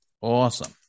Awesome